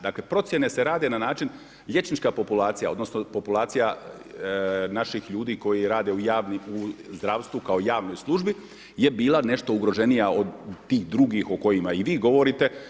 Dakle, procjene se rade na način liječnička populacija, odnosno populacija naših ljudi koji rade u zdravstvu kao javnoj službi je bila nešto ugroženija od tih drugih o kojima i vi govorite.